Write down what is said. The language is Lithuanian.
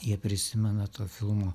jie prisimena to filmo